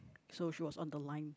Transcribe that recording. so she was on the line